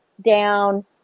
down